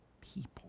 people